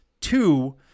two